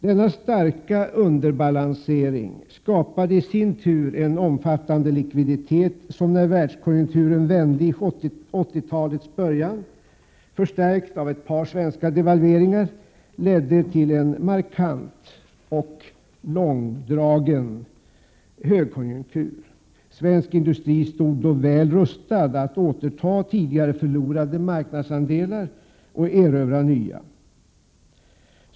Denna starka underbalansering skapade i sin tur en omfattande likviditet, som när världskonjunkturen vände i 80-talets början, förstärkt av ett par svenska devalveringar, ledde till en markant och långdragen högkonjunktur. Svensk industri stod då väl rustad att återta tidigare förlorade marknadsandelar och erövra nya.